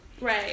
Right